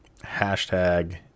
hashtag